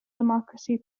democracy